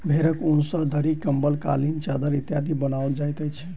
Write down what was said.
भेंड़क ऊन सॅ दरी, कम्बल, कालीन, चद्दैर इत्यादि बनाओल जाइत अछि